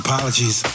Apologies